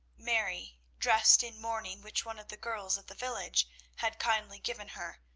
mary, dressed in mourning which one of the girls of the village had kindly given her,